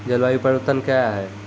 जलवायु परिवर्तन कया हैं?